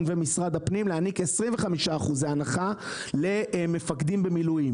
ומשרד הפנים להעניק 25% למפקדים במילואים.